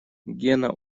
гена